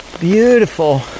beautiful